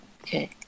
Okay